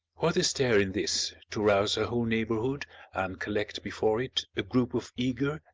what is there in this to rouse a whole neighbourhood and collect before it a group of eager,